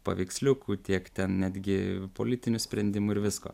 paveiksliukų tiek ten netgi politinių sprendimų ir visko